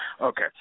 Okay